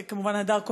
כמובן הדר כהן,